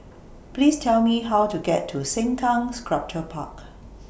Please Tell Me How to get to Sengkang Sculpture Park